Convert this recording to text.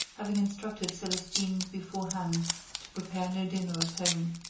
having instructed celestine beforehand to prepare no dinner at home.